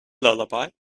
lullaby